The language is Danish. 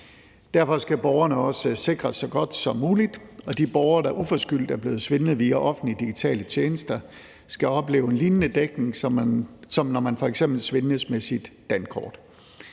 Derfor skal borgerne også sikres så godt som muligt, og de borgere, der uforskyldt er begået svindel mod via offentlige digitale tjenester, skal opleve en lignende dækning, som når der f.eks. er blevet svindlet med ens dankort.